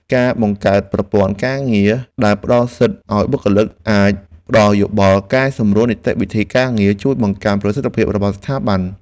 ការបង្កើតប្រព័ន្ធការងារដែលផ្តល់សិទ្ធិឱ្យបុគ្គលិកអាចផ្តល់យោបល់កែសម្រួលនីតិវិធីការងារ ជួយបង្កើនប្រសិទ្ធភាពរបស់ស្ថាប័ន។